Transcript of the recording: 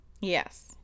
Yes